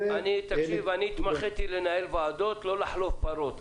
אני התמחיתי לנהל ועדות ולא לחלוב פרות.